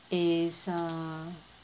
is uh